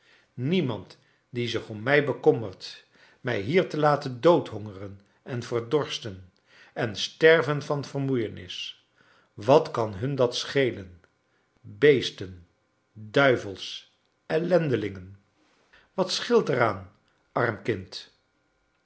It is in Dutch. niemand die zich om mij bekommert mij hier te laten doodhongeren en verdorsten en sterven van vermoeienis wat kan hun dat schelenl beesten i duivels i ellendelingen wat scheelt er aan arm kind